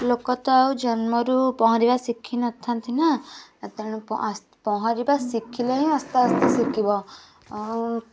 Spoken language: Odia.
ଲୋକ ତ ଆଉ ଜନ୍ମରୁ ପହଁରିବା ଶିଖିନଥାନ୍ତି ନା ତେଣୁ ପହଁରିବା ଶିଖିଲେ ହିଁ ଆସ୍ତେ ଆସ୍ତେ ଶିଖିବ ଆଉ